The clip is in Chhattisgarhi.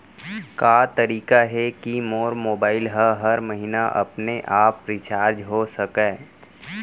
का तरीका हे कि मोर मोबाइल ह हर महीना अपने आप रिचार्ज हो सकय?